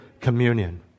communion